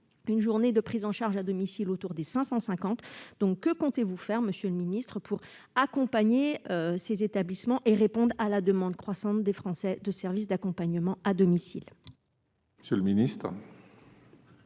une journée de prise en charge à domicile. Que comptez-vous faire, monsieur le ministre, pour accompagner ces établissements et répondre à la demande croissante des Français de services d'accompagnement à domicile ? La parole est